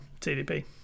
tdp